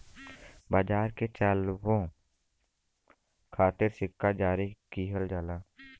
बाजार के चलावे खातिर सिक्का जारी किहल जाला